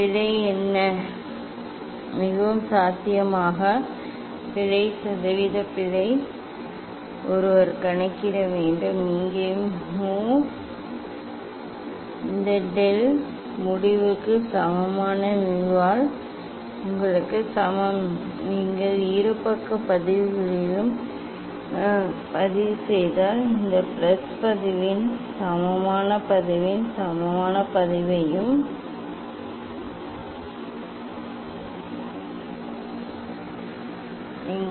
பிழை என்ன மிகவும் சாத்தியமான பிழை சதவீத பிழை ஒருவர் கணக்கிட வேண்டும் இங்கே mu இந்த டெல் முவுக்கு சமமான mu ஆல் உங்களுக்கு சமம் நீங்கள் இரு பக்க பதிவுகளிலும் பதிவு செய்தால் இந்த பிளஸ் பதிவின் சமமான பதிவின் சமமான பதிவையும் நீங்கள் அறிவீர்களா